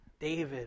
David